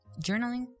journaling